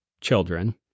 children